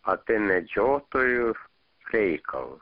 apie medžiotojų reikalus